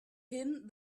him